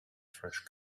trash